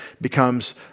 becomes